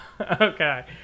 okay